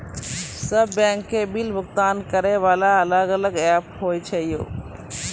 सब बैंक के बिल भुगतान करे वाला अलग अलग ऐप्स होय छै यो?